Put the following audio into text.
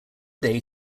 day